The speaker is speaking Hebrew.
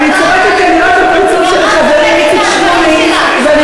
אני צוחקת כי אני רואה את הפרצוף של חברי איציק שמולי ואני